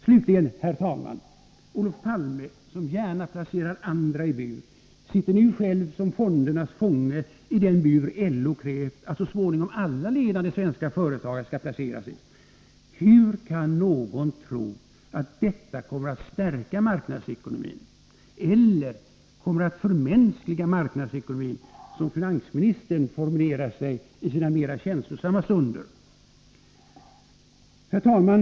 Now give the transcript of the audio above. Slutligen: Olof Palme, som gärna placerar andra i bur sitter nu själv som fondernas fånge i den bur LO krävt att så småningom alla ledande svenska företagare skall placeras i. Hur kan någon tro att detta kommer att stärka marknadsekonomin eller förmänskliga marknadsekonomin, som finansministern formulerar sig i sina mera känslosamma stunder? Herr talman!